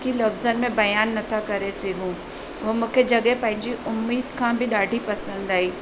की लफ़्ज़नि में बयानु नथा करे सघूं हूअ मूंखे जॻह पंहिंजी उमीद खां बि ॾाढी पसंदि आई